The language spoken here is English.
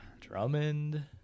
Drummond